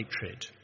hatred